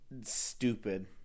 stupid